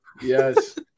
Yes